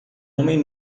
homem